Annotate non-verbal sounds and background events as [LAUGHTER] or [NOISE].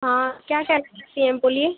हाँ क्या क्या [UNINTELLIGIBLE] चाहिए बोलिए